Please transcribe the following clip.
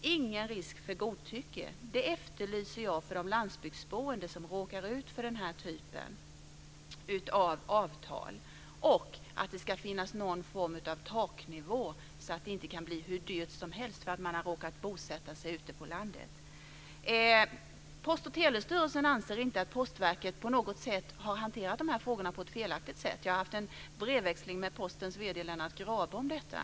ingen risk för godtycke är vad jag efterlyser för de landsbygdsboende som råkar ut för den här typen av avtal samt att det ska finnas en form av taknivå så att det inte kan bli hur dyrt som helst därför att man råkat bosätta sig ute på landet. Post och telestyrelsen anser inte att Postverket på något sätt har hanterat de här frågorna felaktigt. Jag har haft en brevväxling med Postens vd Lennart Grabe om detta.